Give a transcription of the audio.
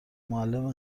معلم